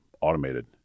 automated